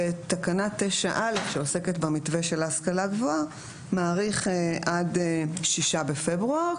ואת תקנה 9א שעוסקת במתווה של ההשכלה הגבוהה מאריך עד 6 בפברואר,